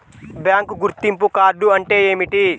Bank గుర్తింపు card అంటే ఏమిటి?